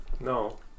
No